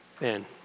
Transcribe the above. Man